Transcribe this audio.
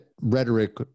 rhetoric